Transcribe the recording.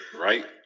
Right